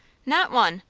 not one.